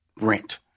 rent